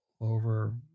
over